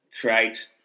create